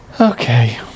Okay